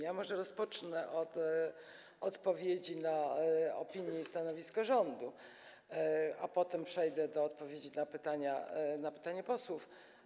Ja może rozpocznę od odpowiedzi na opinię i stanowisko rządu, a potem przejdę do odpowiedzi na pytania posłów.